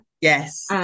yes